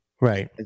Right